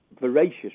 voracious